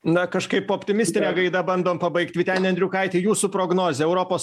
na kažkaip optimistine gaida bandom pabaigt vyteni andriukaiti jūsų prognozė europos